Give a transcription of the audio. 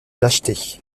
lâcheté